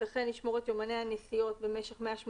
וכן ישמור את יומני הנסיעות במשך 180